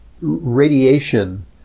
radiation